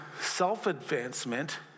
self-advancement